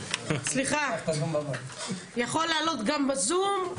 סליחה, הוא יכול לעלות גם בזום.